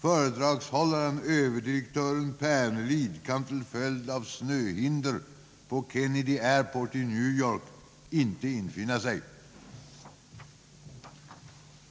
Föredragshållaren, överdirektör Pernelid, har till följd av snöhinder på Kennedy Airport i New York inte kunnat infinna sig.